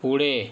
पुढे